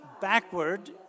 backward